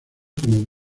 como